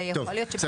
ויכול להיות --- טוב,